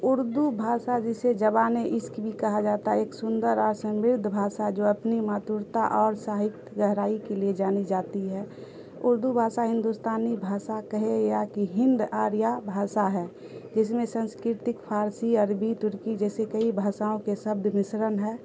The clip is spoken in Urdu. اردو بھاشا جسے زبان عشق بھی کہا جاتا ہے ایک سندر اور سمردھ بھاشا جو اپنی مطورتا اور ساہکت گہرائی کے لیے جانی جاتی ہے اردو بھاشا ہندوستانی بھاشا کہے یا کہ ہند آریا بھاشا ہے جس میں سنسکرتک فارسی عربی ترکی جیسے کئی بھاشاؤں کے شبد مسرن ہے